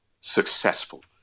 successful